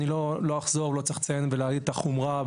לא אחזור ולא צריך לציין ולהעיד על החומרה,